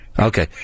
Okay